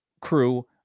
crew